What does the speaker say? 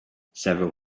several